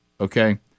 okay